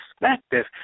perspective